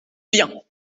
bien